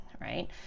right